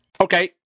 Okay